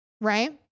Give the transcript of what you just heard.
right